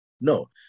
No